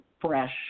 fresh